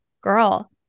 girl